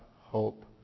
hope